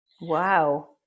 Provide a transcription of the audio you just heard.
Wow